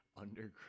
underground